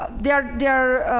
ah they're there